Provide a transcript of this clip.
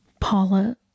Paula